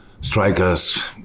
Strikers